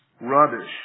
rubbish